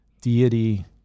Deity